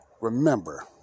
Remember